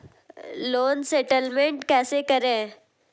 Loan settlement कैसे करें?